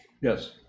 Yes